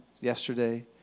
yesterday